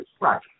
Right